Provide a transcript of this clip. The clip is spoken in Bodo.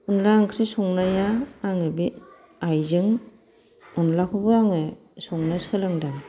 अनला ओंख्रि संनाया आङो बे आइजों अनलाखौबो आङो संनो सोलोंदों